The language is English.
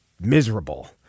miserable